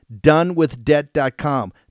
donewithdebt.com